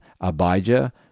Abijah